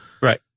Right